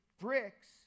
bricks